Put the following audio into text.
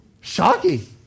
Shocking